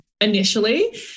initially